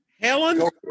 Helen